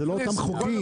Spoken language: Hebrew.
זה לא אותם חוקים.